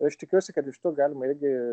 aš tikiuosi kad iš to galima irgi